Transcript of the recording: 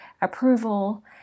approval